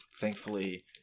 thankfully